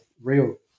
real